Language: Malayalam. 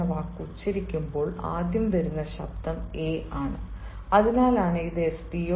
O എന്ന വാക്ക് ഉച്ചരിക്കുമ്പോൾ ആദ്യം വരുന്ന ശബ്ദം a ആണ് അതിനാലാണ് ഇത് S